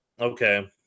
okay